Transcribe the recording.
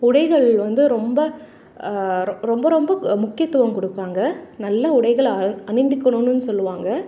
உடைகள் வந்து ரொம்ப ரொம்ப ரொம்ப முக்கியத்துவம் கொடுப்பாங்க நல்ல உடைகள் அ அணிந்துக்கணும்ன்னு சொல்லுவாங்க